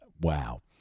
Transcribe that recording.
Wow